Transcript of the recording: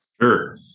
sure